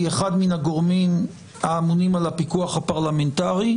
אחד מין הגורמים האמונים על הפיקוח הפרלמנטרי,